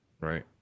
Right